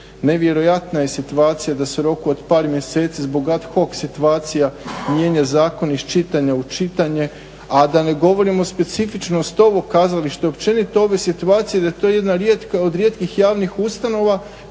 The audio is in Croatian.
Nevjerojatna je situacija da se u roku od par mjeseci zbog ad hoc situacija mijenja zakon iz čitanja u čitanje, a da ne govorimo specifičnost ovog kazališta, općenito ove situacije, da je to jedna od rijetkih javnih ustanova